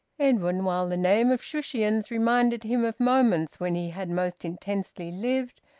edwin, while the name of shushions reminded him of moments when he had most intensely lived,